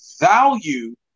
value